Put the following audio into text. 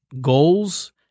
Goals